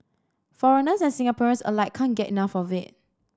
foreigners and Singaporeans alike can't get enough of it